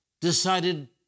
decided